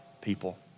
people